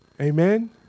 Amen